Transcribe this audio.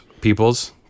peoples